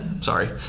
Sorry